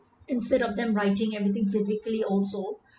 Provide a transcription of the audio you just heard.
instead of them writing everything physically also